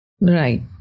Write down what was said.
right